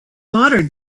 modern